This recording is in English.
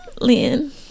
Lynn